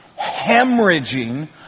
hemorrhaging